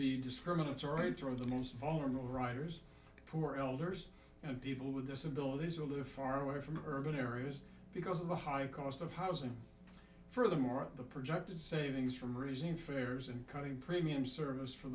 be discriminatory to the most vulnerable riders poor elders and people with disabilities or live far away from urban areas because of the high cost of housing furthermore the projected savings from raising fares and cutting premium service for